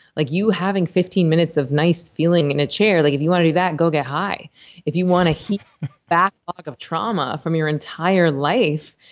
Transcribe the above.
like you having fifteen minutes of nice feeling in a chair, like if you want to do that, go get high if you want to backlog of trauma from your entire life,